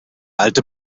alte